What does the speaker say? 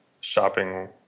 shopping